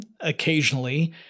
occasionally